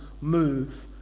move